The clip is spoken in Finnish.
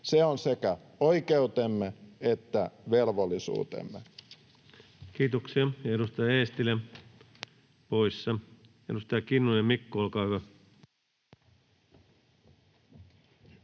Se on sekä oikeutemme että velvollisuutemme. Kiitoksia. — Edustaja Eestilä poissa. — Edustaja Mikko Kinnunen, olkaa hyvä.